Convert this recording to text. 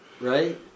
right